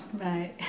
Right